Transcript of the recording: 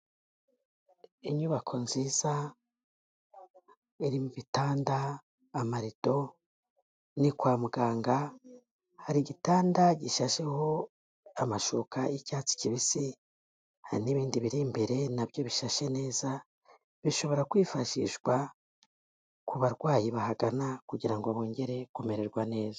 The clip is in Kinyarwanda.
Inyubako nziza irimo ibitanda, amarido ni kwa muganga hari igitanda gishasheho amashuka y'icyatsi kibisi hari n'ibindi biri imbere nabyo bishashe neza, bishobora kwifashishwa ku barwayi bahagana kugira ngo bongere kumererwa neza.